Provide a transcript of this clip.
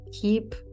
keep